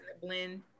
blend